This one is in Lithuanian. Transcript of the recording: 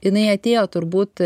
jinai atėjo turbūt